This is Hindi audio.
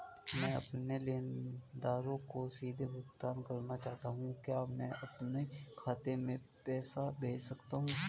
मैं अपने लेनदारों को सीधे भुगतान करना चाहता हूँ क्या मैं अपने बैंक खाते में पैसा भेज सकता हूँ?